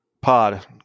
Pod